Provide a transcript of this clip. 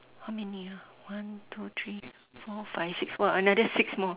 how many ah one two three four five six !wah! another six more